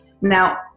now